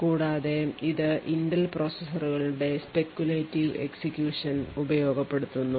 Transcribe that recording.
കൂടാതെ ഇതു ഇന്റൽ പ്രോസസറുകളുടെ speculative execution ഉപയോഗപ്പെടുത്തുന്നു